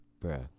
Bruh